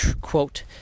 quote